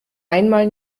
einmal